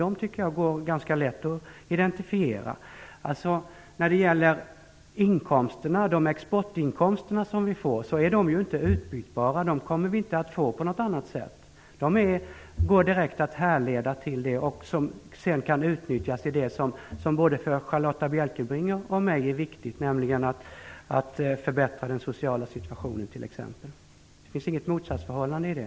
De är enligt min mening ganska lätta att identifiera. De exportinkomster som vi får är inte utbytbara. De kommer vi inte att få på något annat sätt. De går direkt att härleda till detta. De kan sedan utnyttjas för det som är viktigt för både mig och Charlotta L Bjälkebring, t.ex. för att förbättra den sociala situationen. Det finns inget motsatsförhållande i det.